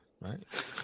right